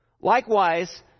likewise